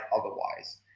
otherwise